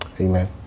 Amen